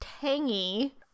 tangy